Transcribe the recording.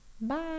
Bye